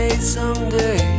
Someday